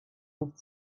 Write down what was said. nicht